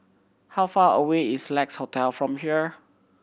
how far away is Lex Hotel from here